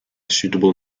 suitable